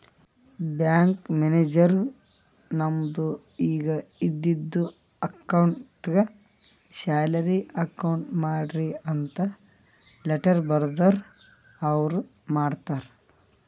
bank ಮ್ಯಾನೇಜರ್ಗ್ ನಮ್ದು ಈಗ ಇದ್ದಿದು ಅಕೌಂಟ್ಗ್ ಸ್ಯಾಲರಿ ಅಕೌಂಟ್ ಮಾಡ್ರಿ ಅಂತ್ ಲೆಟ್ಟರ್ ಬರ್ದುರ್ ಅವ್ರ ಮಾಡ್ತಾರ್